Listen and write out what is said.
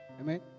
Amen